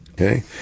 okay